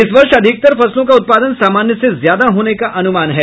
इस वर्ष अधिकतर फसलों का उत्पादन सामान्य से ज्यादा होने का अनुमान है